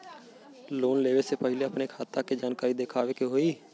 Loan लेवे से पहिले अपने खाता के जानकारी दिखावे के होई?